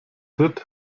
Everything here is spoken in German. tritt